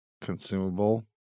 Consumable